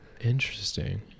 interesting